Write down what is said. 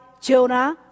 Jonah